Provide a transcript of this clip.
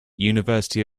university